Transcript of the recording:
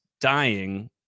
dying